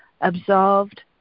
absolved